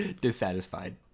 Dissatisfied